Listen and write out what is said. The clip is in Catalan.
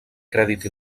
crèdit